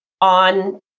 on